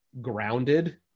grounded